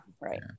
right